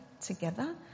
together